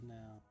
now